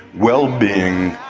wellbeing,